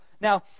Now